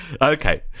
Okay